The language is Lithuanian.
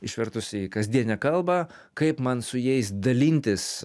išvertus į kasdienę kalbą kaip man su jais dalintis